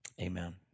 amen